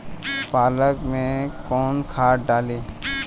पालक में कौन खाद डाली?